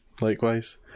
likewise